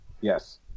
Yes